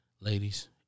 Ladies